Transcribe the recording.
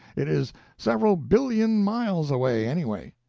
it is several billion miles away, anyway.